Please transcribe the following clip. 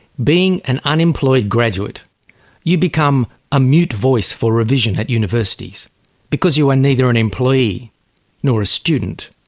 being an unemployed graduate you become a mute voice for revision at universities because you are neither an employee nor a student.